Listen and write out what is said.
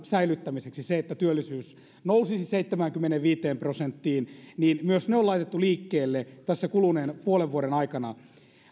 säilyttämiseksi jotta työllisyys nousisi seitsemäänkymmeneenviiteen prosenttiin on laitettu liikkeelle tässä kuluneen puolen vuoden aikana